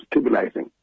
stabilizing